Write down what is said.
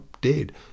dead